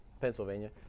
Pennsylvania